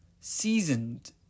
seasoned